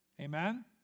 Amen